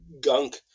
gunk